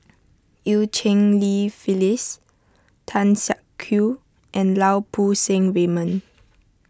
Eu Cheng Li Phyllis Tan Siak Kew and Lau Poo Seng Raymond